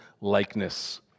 likeness